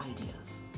ideas